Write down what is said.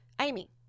Amy